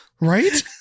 Right